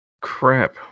crap